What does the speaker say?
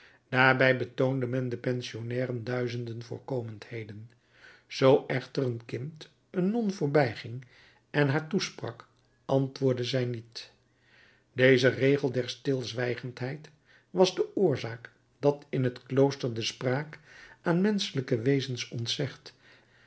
daarbij betoonde men de pensionnairen duizenden voorkomendheden zoo echter een kind een non voorbijging en haar toesprak antwoordde zij niet deze regel der stilzwijgendheid was de oorzaak dat in het klooster de spraak aan menschelijke wezens ontzegd